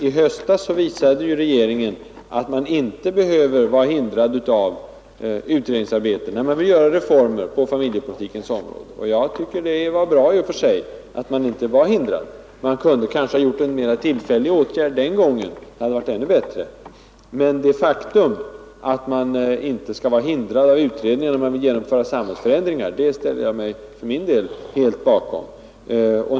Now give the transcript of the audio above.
I höstas visade ju regeringen att man inte behöver vara hindrad av utredningsarbete när man vill genomföra reformer på familjepolitikens område. Jag tycker det var bra i och för sig att man inte var hindrad. Man kunde kanske ha vidtagit en mera tillfällig åtgärd den gången; det hade varit ännu bättre. Men uppfattningen att man inte skall vara hindrad av utredningar när man vill genomföra samhällsförändringar ställer jag mig för min del helt bakom.